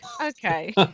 okay